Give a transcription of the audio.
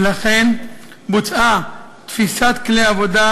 ולכן בוצעה תפיסת כלי עבודה,